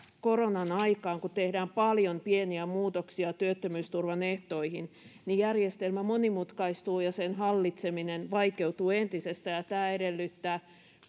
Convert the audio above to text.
koronan aikaan tehdään paljon pieniä muutoksia työttömyysturvan ehtoihin järjestelmä monimutkaistuu ja sen hallitseminen vaikeutuu entisestään ja tämä edellyttää